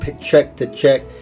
check-to-check